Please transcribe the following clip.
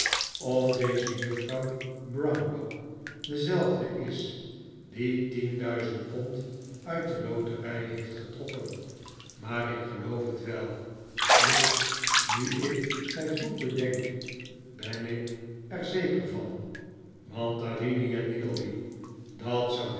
of deze juffrouw browndock dezelfde is die tien duizend pond uit de loterij heeft getrokken maar ik geloof het wel ja nu ik mij goed bedenk ben ik er zeker van mantalini en nickleby dat zou